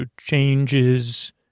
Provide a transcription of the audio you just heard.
changes